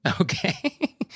Okay